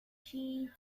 she